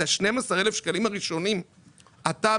את ה-12,000 שקלים הראשונים אתה,